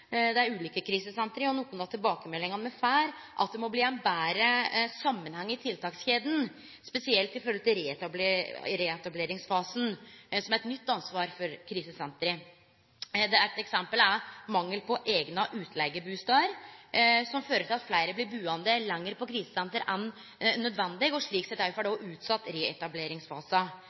i dei ulike krisesentra. Nokre av tilbakemeldingane me får, er at det må bli ein betre samanheng i tiltakskjeda, spesielt i forhold til reetableringsfasen, som er eit nytt ansvar for krisesentra. Eit eksempel er mangel på eigne utleigebustader, som fører til at fleire blir buande lenger på krisesenter enn nødvendig, og slik sett òg får utsett